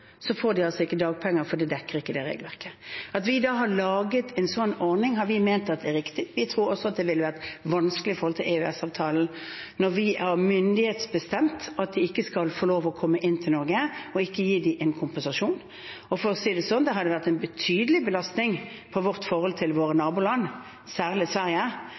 får de altså ikke dagpenger, for det dekker ikke det regelverket. At vi da har laget en sånn ordning, har vi ment er riktig. Vi tror også at det ville vært vanskelig med tanke på EØS-avtalen når vi har myndighetsbestemt at de ikke skal få lov å komme til Norge, å ikke gi dem en kompensasjon. Og for å si det sånn: Det hadde vært en betydelig belastning for vårt forhold til våre naboland, særlig til Sverige,